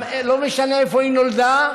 לא משנה איפה היא נולדה.